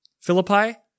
Philippi